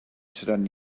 seran